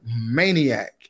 maniac